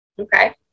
Okay